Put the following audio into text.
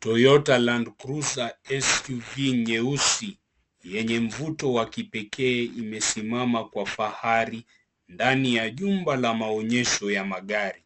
Toyota Landcruiser SUV nyeusi yenye mvuto wa kipekeee imesimama kwa fahari ndani ya jumba la maonyesho ya magari,